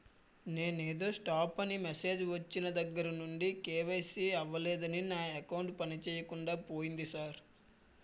నిన్నేదో స్టాప్ అని మెసేజ్ ఒచ్చిన దగ్గరనుండి కే.వై.సి అవలేదని నా అకౌంట్ పనిచేయకుండా పోయింది సార్